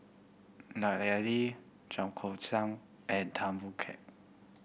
Lut Ali Chua Koon Siong and Tan Boon Keik